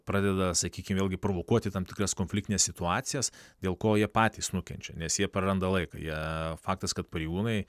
pradeda sakykim vėlgi provokuoti tam tikras konfliktines situacijas dėl ko jie patys nukenčia nes jie praranda laiką jie faktas kad pareigūnai